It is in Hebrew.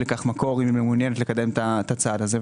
לכך מקור אם היא מעוניינת לקדם את הצעד הזה,